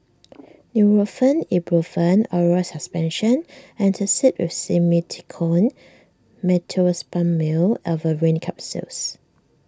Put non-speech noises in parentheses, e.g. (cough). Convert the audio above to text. (noise) Nurofen Ibuprofen Oral Suspension Antacid with Simethicone Meteospasmyl Alverine Capsules